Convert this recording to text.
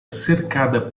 cercada